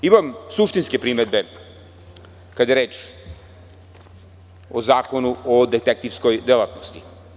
Imam suštinske primedbe kada je reč o zakonu o detektivskoj delatnosti.